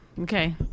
okay